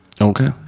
Okay